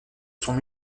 sont